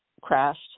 crashed